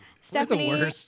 Stephanie